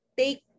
take